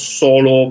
solo